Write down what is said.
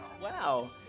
Wow